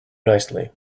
nicely